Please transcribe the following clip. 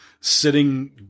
sitting